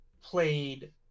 played